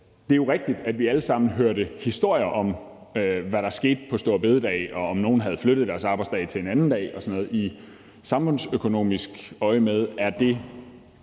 Det er rigtigt, at vi alle sammen hørte historier om, hvad der skete på store bededag, og om nogle havde flyttet deres arbejdsdag til en anden dag og sådan noget. I samfundsøkonomisk øjemed